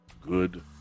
good